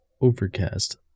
Overcast